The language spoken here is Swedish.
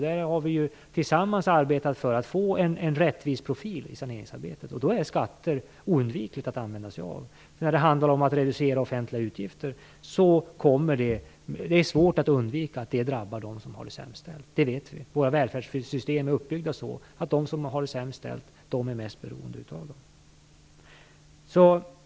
Vi har tillsammans arbetat för att få en rättvis profil i saneringsarbetet, och då är det oundvikligt att använda sig av skatter. När det handlar om att reducera offentliga utgifter är det svårt att undvika att det drabbar dem som har det sämst ställt. Det vet vi. Våra välfärdssystem är uppbyggda så att de som har det sämst ställt är mest beroende av dem.